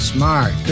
Smart